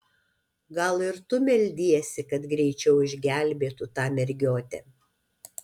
gal ir tu meldiesi kad greičiau išgelbėtų tą mergiotę